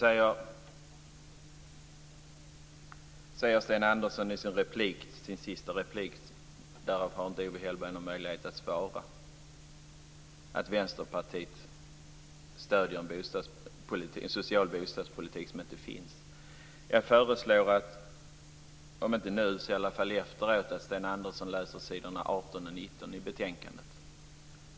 Sedan säger Sten Andersson i sin sista replik till Owe Hellberg - därför har inte Owe Hellberg någon möjlighet att svara - att Vänsterpartiet stöder en social bostadspolitik som inte finns. Jag föreslår att Sten Andersson om inte nu, så i alla fall efteråt, läser s. 18 och 19 i betänkandet.